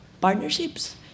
partnerships